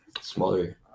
smaller